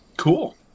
cool